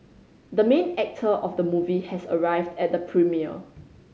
the main actor of the movie has arrived at the premiere